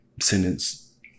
sentence